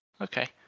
Okay